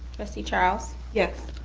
trustee charles? yes.